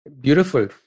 Beautiful